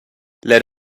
let